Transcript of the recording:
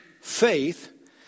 faith